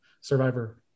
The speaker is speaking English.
survivor